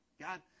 God